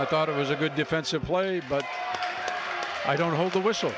i thought it was a good defensive play but i don't hold the whistle